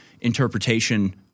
interpretation